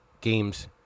games